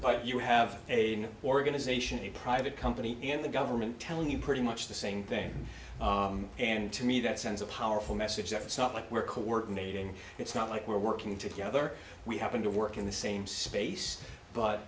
but you have a organization a private company in the government tell you pretty much the same thing and to me that sends a powerful message that it's not like we're coordinating it's not like we're working together we happen to work in the same space but